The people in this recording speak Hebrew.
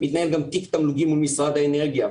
מתנהל גם תיק תמלוגים מול משרד האנרגיה.